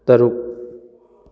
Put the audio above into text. ꯇꯔꯨꯛ